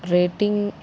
rating